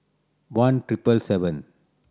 one triple seven